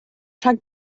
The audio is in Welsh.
rhag